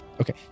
okay